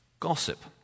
Gossip